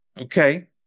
Okay